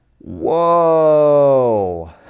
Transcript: Whoa